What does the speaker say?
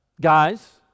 Guys